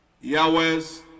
Yahweh's